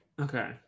Okay